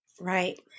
Right